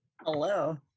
Hello